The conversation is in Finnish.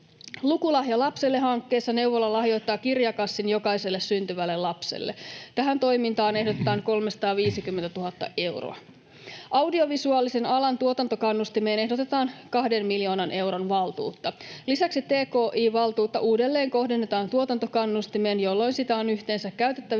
Lukulahja lapselle -hankkeessa neuvola lahjoittaa kirjakassin jokaiselle syntyvälle lapselle. Tähän toimintaan ehdotetaan 350 000 euroa. Audiovisuaalisen alan tuotantokannustimeen ehdotetaan 2 miljoonan euron valtuutta. Lisäksi tki-valtuutta uudelleenkohdennetaan tuotantokannustimeen, jolloin sitä on yhteensä käytettävissä